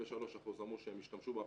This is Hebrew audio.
73% אמרו שהם השתמשו באפליקציה.